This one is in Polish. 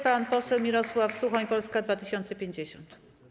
Pan poseł Mirosław Suchoń, Polska 2050.